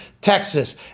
Texas